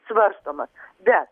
svarstomas bet